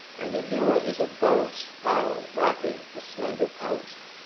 and the newel is a bold spiral wrapping a slender post.